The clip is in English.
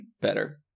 better